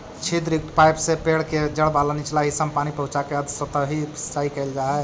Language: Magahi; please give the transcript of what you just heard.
छिद्रयुक्त पाइप से पेड़ के जड़ वाला निचला हिस्सा में पानी पहुँचाके अधोसतही सिंचाई कैल जा हइ